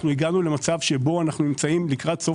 הגענו למצב שאנחנו נמצאים לקראת סוף